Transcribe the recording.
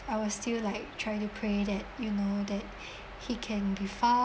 I was still like try to pray that you know that he can be found